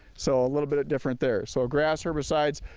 so a little bit different there. so grass herbicides,